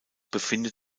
befindet